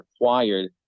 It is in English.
required